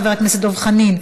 חבר הכנסת דב חנין,